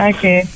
Okay